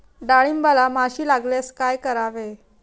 डाळींबाला माशी लागल्यास काय करावे?